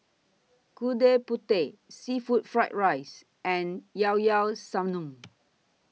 Gudeg Putih Seafood Fried Rice and Llao Llao Sanum